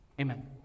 Amen